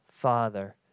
Father